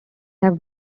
have